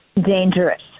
dangerous